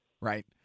Right